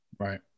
right